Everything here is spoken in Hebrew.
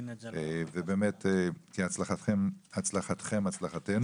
ובאמת הצלחתכם-הצלחתנו.